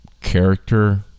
character